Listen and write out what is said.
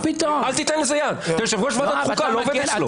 אתה יושב-ראש ועדת חוקה, לא עובד אצלו.